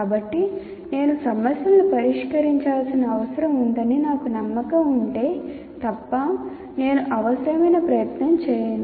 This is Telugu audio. కాబట్టి నేను సమస్యలను పరిష్కరించాల్సిన అవసరం ఉందని నాకు నమ్మకం ఉంటే తప్ప నేను అవసరమైన ప్రయత్నం చేయను